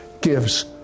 gives